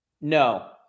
No